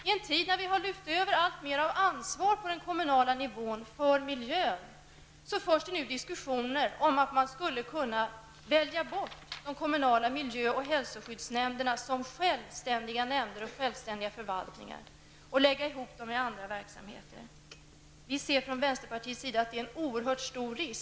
I en tid när vi lyft över alltmer ansvar för den lokala miljön till kommunal nivå förs det nu diskussioner om att kommunerna skulle kunna välja bort de kommunala miljö och hälsoskyddsnämnderna som självständiga nämnder och förvaltningar och lägga ihop dem med andra verksamheter. I detta ser vi från vänsterpartiet en oerhört stor fara.